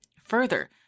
Further